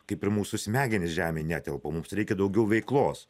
kaip ir mūsų smegenys žemėj netelpa mums reikia daugiau veiklos